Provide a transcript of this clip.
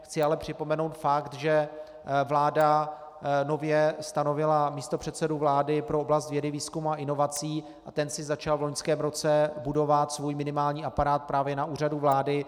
Chci ale připomenout fakt, že vláda nově stanovila místopředsedu vlády pro oblast vědy, výzkumu a inovací a ten si začal v loňském roce budovat svůj minimální aparát právě na Úřadu vlády.